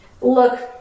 look